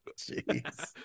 Jeez